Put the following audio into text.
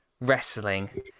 wrestling